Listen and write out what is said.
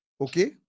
Okay